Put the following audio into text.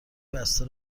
بسته